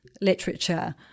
literature